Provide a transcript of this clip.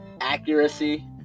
accuracy